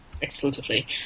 exclusively